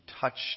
touched